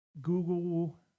google